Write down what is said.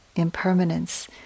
impermanence